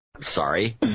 sorry